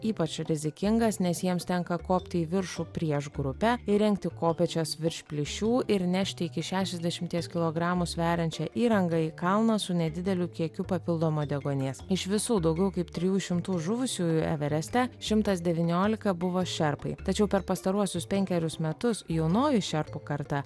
ypač rizikingas nes jiems tenka kopti į viršų prieš grupę įrengti kopėčias virš plyšių ir nešti iki šešiasdešimties kilogramų sveriančią įrangą į kalną su nedideliu kiekiu papildomo deguonies iš visų daugiau kaip trijų šimtų žuvusiųjų evereste šimtas devyniolika buvo šerpai tačiau per pastaruosius penkerius metus jaunoji šerpų karta